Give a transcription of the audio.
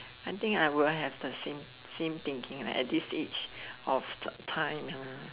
I think I will have the same same thinking at this age of time ah